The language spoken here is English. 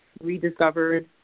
rediscovered